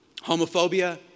homophobia